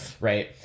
Right